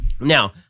Now